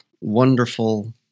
wonderful